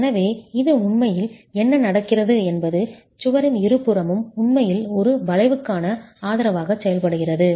எனவே இது உண்மையில் என்ன நடக்கிறது என்பது சுவரின் இருபுறமும் உண்மையில் ஒரு வளைவுக்கான ஆதரவாக செயல்படுகிறது